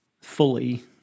fully